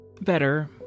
Better